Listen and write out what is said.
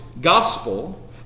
gospel